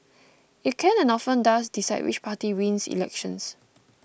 it can and often does decide which party wins elections